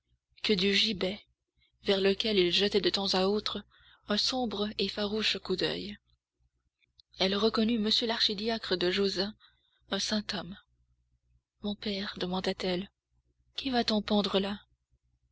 que du gibet vers lequel il jetait de temps à autre un sombre et farouche coup d'oeil elle reconnut monsieur l'archidiacre de josas un saint homme mon père demanda-t-elle qui va-t-on pendre là